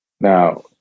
Now